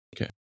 Okay